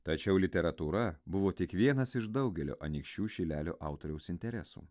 tačiau literatūra buvo tik vienas iš daugelio anykščių šilelio autoriaus interesų